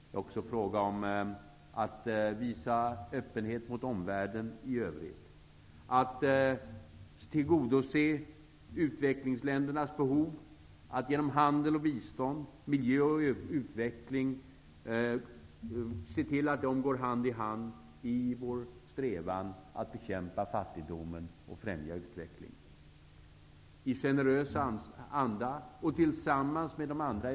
Det är också fråga om att visa öppenhet mot omvärlden i övrigt, att tillgodose utvecklingsländernas behov, att se till att handel och bistånd, miljö och utveckling går hand i hand i vår strävan att bekämpa fattigdomen och främja utvecklingen. 4.